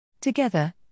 Together